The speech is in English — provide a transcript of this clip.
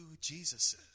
Jesus